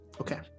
Okay